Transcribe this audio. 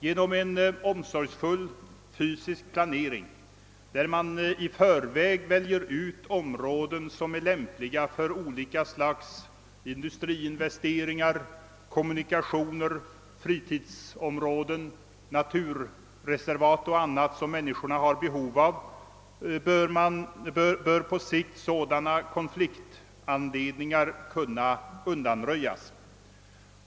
Genom en omsorgsfull fysisk planering, där man i förväg väljer ut områden som är lämpliga för olika slags industriinvesteringar, kommunikatioer, fritidsområden, naturreservat och annat som människorna har behov av, bör på sikt sådana konfliktanledningar kunna undanröjas.